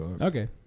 Okay